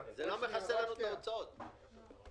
"תעשה את האירוע עוד חצי שנה או שנה".